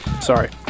Sorry